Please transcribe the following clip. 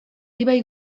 ibai